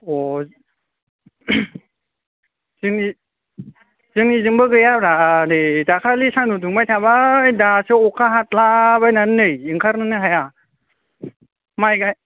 अह जोंनि जोंनि जोंबो गैयाब्रा नै दाखालि सानदुं दुंबाय थाबाय दासो अखा हादला बायनानै नै ओंखारनोनो हाया माय गा